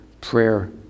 prayer